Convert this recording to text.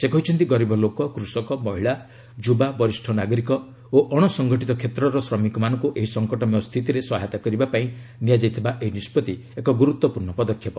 ସେ କହିଛନ୍ତି ଗରିବ ଲୋକ କୃଷକ ମହିଳା ଯୁବା ବରିଷ୍ଠ ନାଗରିକ ଓ ଅଣ ସଂଗଠିତ କ୍ଷେତ୍ରର ଶ୍ରମିକମାନଙ୍କୁ ଏହି ସଂକଟମୟ ସ୍ଥିତିରେ ସହାୟତା କରିବା ପାଇଁ ନିଆଯାଇଥିବା ଏହି ନିଷ୍କଭି ଏକ ଗୁରୁତ୍ୱପୂର୍ଷ ପଦକ୍ଷେପ